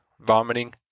vomiting